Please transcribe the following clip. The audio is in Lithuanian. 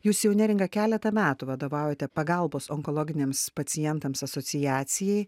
jūs jau neringa keletą metų vadovaujate pagalbos onkologiniams pacientams asociacijai